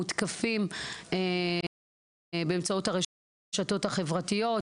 מותקפים באמצעות הרשתות החברתיות,